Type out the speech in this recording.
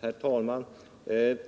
Herr talman!